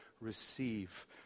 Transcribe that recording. receive